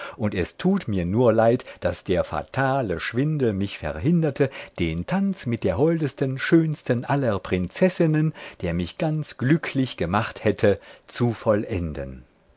und es tut mir nur leid daß der fatale schwindel mich verhinderte den tanz mit der holdesten schönsten aller prinzessinnen der mich ganz glücklich gemacht hätte zu vollenden